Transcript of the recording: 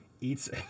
eats